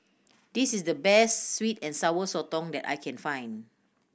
this is the best sweet and Sour Sotong that I can find